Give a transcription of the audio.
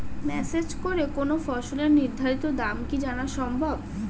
Message করে কোন ফসলের নির্ধারিত দাম কি জানা সম্ভব?